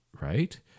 right